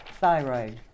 thyroid